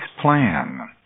plan